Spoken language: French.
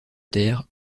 terre